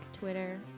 Twitter